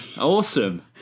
Awesome